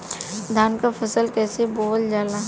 धान क फसल कईसे बोवल जाला?